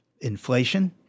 inflation